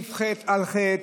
להוסיף חטא על חטא.